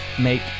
make